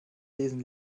lesen